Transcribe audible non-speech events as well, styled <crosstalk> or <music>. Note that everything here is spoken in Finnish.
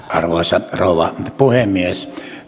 <unintelligible> arvoisa rouva puhemies